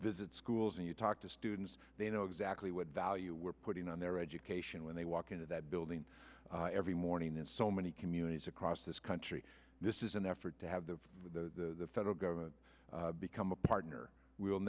visit schools and you talk to students they know exactly what you were putting on their education when they walk into that building every morning in so many communities across this country this is an effort to have the federal government become a partner will